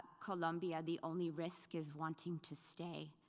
colombia the only risk is wanting to stay.